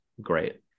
Great